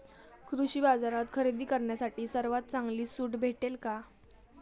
कृषी बाजारात खरेदी करण्यासाठी सर्वात चांगली सूट भेटेल का?